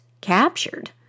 captured